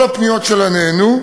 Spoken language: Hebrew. כל הפניות שלה נענו.